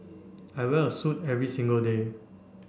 I wear a suit every single day